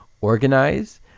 organize